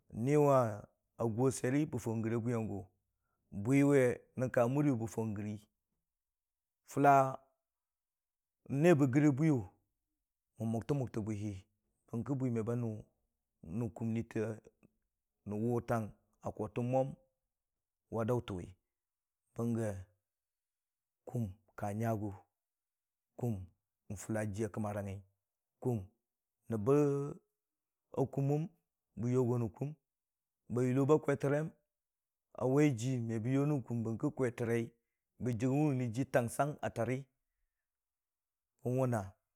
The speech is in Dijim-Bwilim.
niwʊ a gʊwa swire bə faʊ gərii ə bwiyənggʊ bwiwi nəng ka muriyʊwe bə fəʊ gərii. Fʊlənebə gərii ə bwiyʊ mən mugtə-mungtə bwihi, bərki bwime bə nʊ rə kʊmnitə rəwʊtən ə kootə mwam wa dəʊtəng wi, bənggə kʊm ka nyəgʊ kʊm n'fʊlə jiyə kamərəngngi kʊm nəb bə kʊmmən bə yogo nən kʊm, bə yʊlobə kwitirəm ə waiji me bəyo rə kʊm bərki kwitirəi bə rə kʊm bərki kwitirəi bə jəg gən wʊni ji ə təngbəng ə təri kan wʊnə.